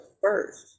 first